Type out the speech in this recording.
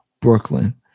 Brooklyn